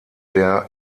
der